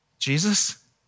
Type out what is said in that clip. Jesus